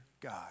God